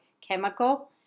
chemical